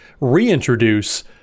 reintroduce